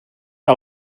que